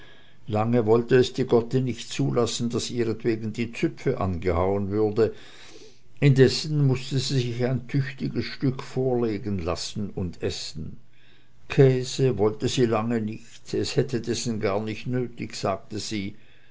lange wollte es die gotte nicht zulassen daß ihretwegen die züpfe angehauen würde indessen mußte sie sich ein tüchtiges stück vorlegen lassen und essen käse wollte sie lange nicht es hätte dessen gar nicht nötig sagte sie